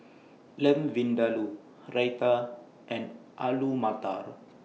Lamb Vindaloo Raita and Alu Matar